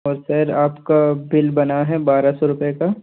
और सर आपका बिल बना है बारह सौ रुपये का